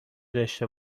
داشته